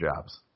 jobs